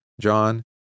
John